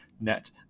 net